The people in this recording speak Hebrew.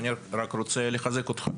אני רק רוצה לחזק אותך.